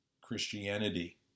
Christianity